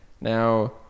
Now